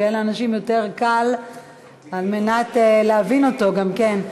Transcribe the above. על מנת שיהיה לאנשים יותר קל להבין אותו גם כן.